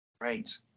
Right